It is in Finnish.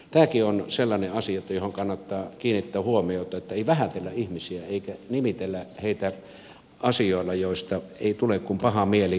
tämäkin on sellainen asia johon kannattaa kiinnittää huomiota että ei vähätellä ihmisiä eikä nimitellä heitä asioilla joista ei tule kuin paha mieli